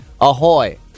Ahoy